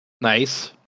Nice